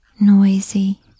noisy